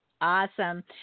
Awesome